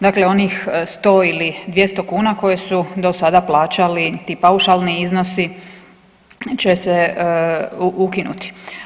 Dakle, onih 100 ili 200 kuna koje su do sada plaćali, ti paušalni iznosi će se ukinuti.